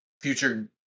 future